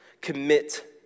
Commit